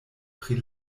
pri